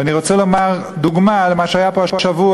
ואני רוצה לומר דוגמה של מה שהיה פה השבוע,